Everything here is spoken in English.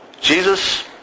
Jesus